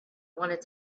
want